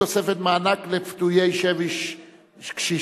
תוספת מענק לפדויי שבי קשישים),